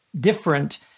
different